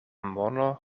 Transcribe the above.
mono